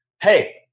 hey